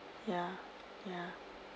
ya ya